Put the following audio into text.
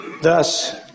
Thus